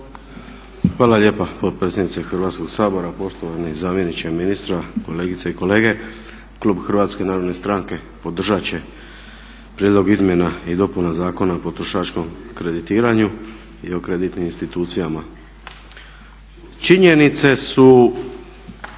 Hvala lijepa potpredsjednice Hrvatskog sabora. Poštovani zamjeniče ministra, kolegice i kolege. Klub HNS-a podržat će Prijedlog izmjena i dopuna Zakona o potrošačkom kreditiranju i o kreditnim institucijama. Činjenice su